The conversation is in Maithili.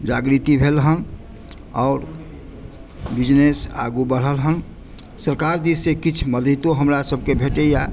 जागृति भेल हन आओर बिजनेस आगू बढ़ल हँ सरकार दिस सॅं किछु मददो हमरा सभकेँ भेटैया